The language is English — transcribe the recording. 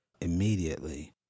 immediately